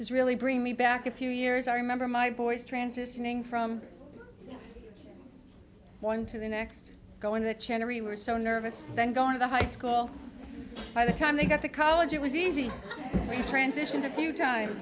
it's really bring me back a few years i remember my boys transitioning from one to the next going to china we were so nervous then going to the high school by the time they got to college it was easy transition the few times